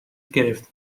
گرفتیم